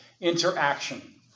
interaction